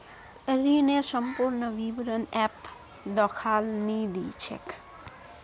ऋनेर संपूर्ण विवरण ऐपत दखाल नी दी छेक